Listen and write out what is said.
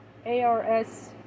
ARS